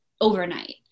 overnight